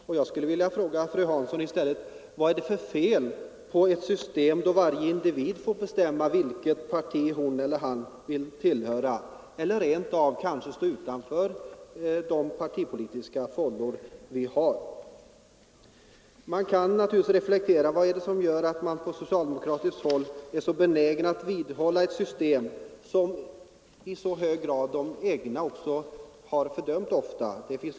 Vad är det för fel, fru Hansson, på ett system där varje individ får bestämma vilket parti hon eller han vill tillhöra? Vederbörande kanske t.o.m. vill stå utanför de partipolitiska fållorna. Man kan naturligtvis reflektera över varför socialdemokraterna är så benägna att vidmakthålla ett system som även de egna ofta har fördömt.